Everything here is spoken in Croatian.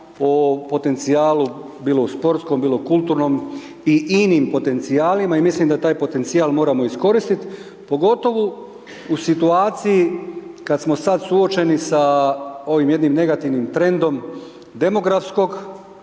o potencijalu bilo u sportskom, bilo u kulturnom i inim potencijalima i mislim da taj potencijal moramo iskoristiti pogotovo u situaciji kada smo sad suočeni sa ovim jednim negativnim trendom demografskog